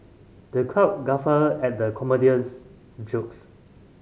the crowd guffawed at the comedian's jokes